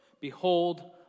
Behold